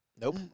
Nope